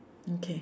okay